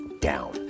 down